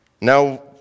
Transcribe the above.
Now